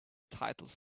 titles